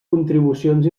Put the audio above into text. contribucions